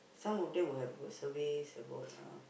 some of them will have will about surveys about uh